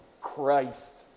Christ